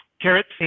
carrots